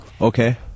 Okay